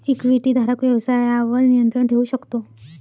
इक्विटीधारक व्यवसायावर नियंत्रण ठेवू शकतो